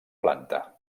planta